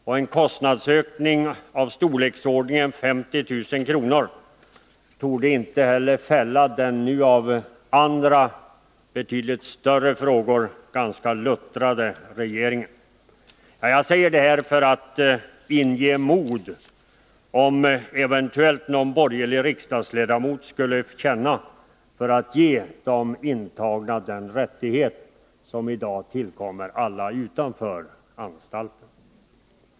En kostnadsökning i storleksordningen 50 000 kr. torde inte heller fälla den nu, av andra betydligt större frågor, ganska luttrade regeringen. Jag säger detta för att inge mod för den händelse någon borgerlig riksdagsledamot skulle känna för att ge de intagna en rättighet som i dag tillkommer alla utanför anstalterna.